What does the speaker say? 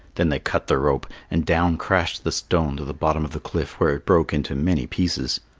then they cut the rope, and down crashed the stone to the bottom of the cliff, where it broke into many pieces.